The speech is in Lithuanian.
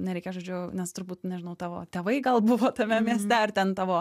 nereikia žodžiu nes turbūt nežinau tavo tėvai gal buvo tame mieste ar ten tavo